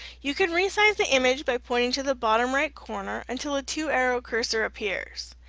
you can re-size the image by pointing to the bottom right corner until a two-arrow cursor appears,